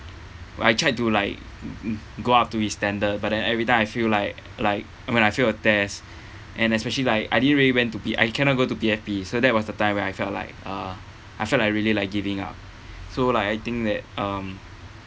but I tried to like go up to his standard but then every time I feel like like when I fail a test and especially like I didn't really went to P I cannot go to P_F_P so that was the time where I felt like uh I felt Iike really like giving up so like I think that um